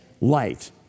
light